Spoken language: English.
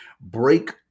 break